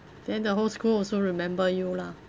then the whole school also remember you lah